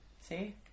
See